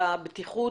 על הבטיחות,